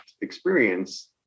experience